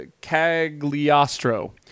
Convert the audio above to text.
Cagliostro